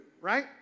right